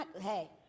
Hey